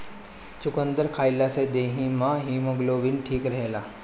चुकंदर खइला से देहि में हिमोग्लोबिन ठीक रहेला